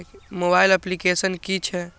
Mobile application कि छै?